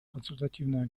консультативная